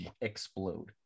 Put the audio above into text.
explode